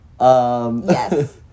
Yes